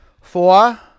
Four